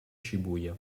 shibuya